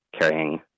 carrying